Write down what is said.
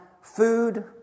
food